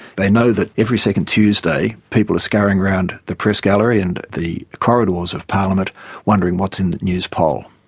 they know that every second tuesday people are scurrying around the press gallery and the corridors of parliament wondering what's in the newspoll,